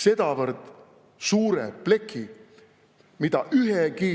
sedavõrd suure pleki, mida ühegi